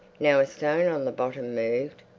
now a stone on the bottom moved,